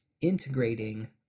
integrating